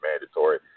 mandatory